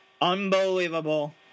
Unbelievable